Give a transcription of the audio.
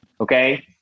okay